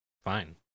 fine